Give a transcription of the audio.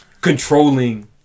controlling